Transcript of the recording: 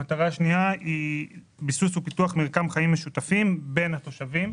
המטרה השנייה היא ביסוס ופיתוח מרקם חיים משותפים בין התושבים.